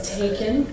taken